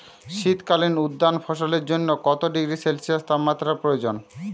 শীত কালীন উদ্যান ফসলের জন্য কত ডিগ্রী সেলসিয়াস তাপমাত্রা প্রয়োজন?